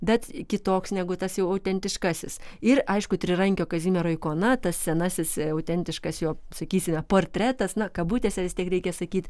bet kitoks negu tas jau autentiškasis ir aišku trirankio kazimiero ikona tas senasis autentiškas jo sakysime portretas na kabutėse vis tiek reikia sakyt